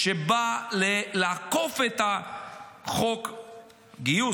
שבאה לעקוף את חוק הגיוס,